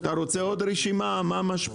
אתה רוצה עוד רשימה מה משפיע?